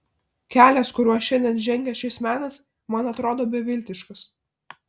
kelias kuriuo šiandien žengia šis menas man atrodo beviltiškas